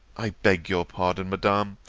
i beg your pardon, madam,